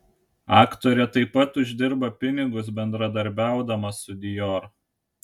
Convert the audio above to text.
aktorė taip pat uždirba pinigus bendradarbiaudama su dior